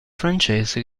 francese